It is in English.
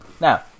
Now